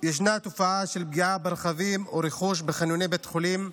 יש תופעה של פגיעה ברכבים ורכוש בחניוני בתי חולים,